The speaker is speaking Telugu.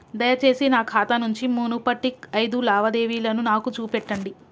దయచేసి నా ఖాతా నుంచి మునుపటి ఐదు లావాదేవీలను నాకు చూపెట్టండి